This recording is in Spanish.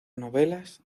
novelas